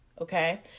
okay